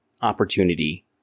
opportunity